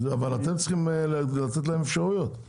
אבל אתם צריכים לתת להם אפשרויות.